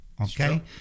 okay